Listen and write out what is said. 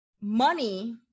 Money